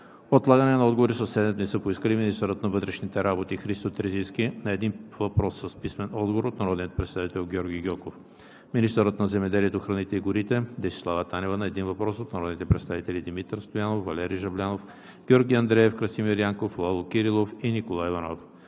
отлагане на отговори със седем дни са поискали: - министърът на вътрешните работи Христо Терзийски – на един въпрос с писмен отговор от народния представител Георги Гьоков; - министърът на земеделието, храните и горите Десислава Танева – на един въпрос от народните представители Димитър Стоянов, Валери Жаблянов, Георги Андреев, Красимир Янков, Лало Кирилов и Николай Иванов;